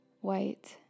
white